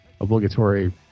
obligatory